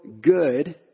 good